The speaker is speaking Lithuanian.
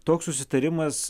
toks susitarimas